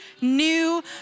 new